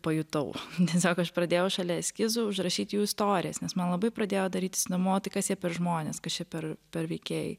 pajutau tiesiog aš pradėjau šalia eskizų užrašyt jų istorijas nes man labai pradėjo darytis įdomu o tai kas jie per žmonės kas čia per per veikėjai